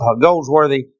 Goldsworthy